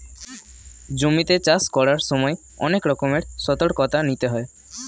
জমিতে চাষ করার সময় অনেক রকমের সতর্কতা নিতে হয়